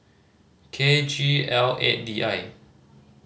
K G L eight D I